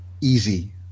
easy